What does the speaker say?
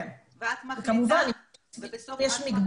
כן, וכמובן יש מגבלה --- ובסוף את מחליטה?